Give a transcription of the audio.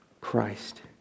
Christ